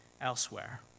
elsewhere